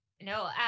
No